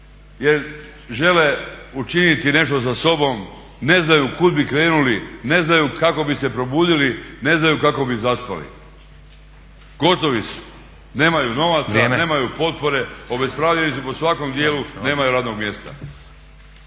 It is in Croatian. jer žele učiniti nešto sa sobom, ne znaju kud bi krenuli, ne znaju kako bi se probudili, ne znaju kako bi zaspali. Gotovi su, nemaju novaca, nemaju potpore, obespravljeni su po svakom dijelu, nemaju radnog mjesta.